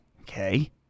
Okay